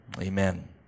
Amen